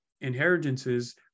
inheritances